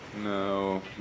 No